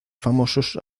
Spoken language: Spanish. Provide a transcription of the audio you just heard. famosos